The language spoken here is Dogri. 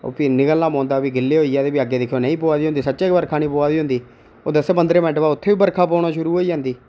ओह् भी निकलना पौंदा ते फ्ही गिल्ले होइयै ते उत्थै नेईं पोऐ दी होंदी सच्चें गै बर्खा ई निं पौऐ दी होंदी ओह दसें पंदरें मैंटे उत्थै बर्खा पौना शुरू होई जंदी